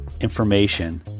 information